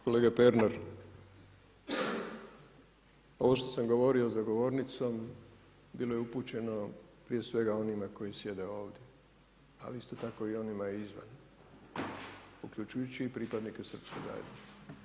Kolega Pernar, ovo što sam govorio za govornicom bilo je upućeno prije svega onima koji sjede ovdje, ali isto tako i onima izvan uključujući i pripadne srpske zajednice.